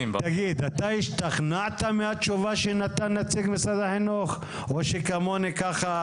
אתה השתכנעת מהתשובה שנתן נציג משרד החינוך או שכמוני ככה